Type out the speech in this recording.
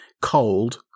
cold